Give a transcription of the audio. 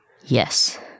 Yes